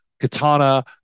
Katana